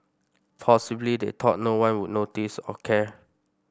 possibly they thought no one would notice or care